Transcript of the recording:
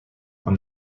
when